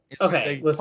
Okay